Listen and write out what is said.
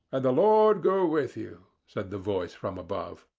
and the lord go with you, said the voice from above.